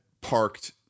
parked